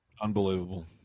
Unbelievable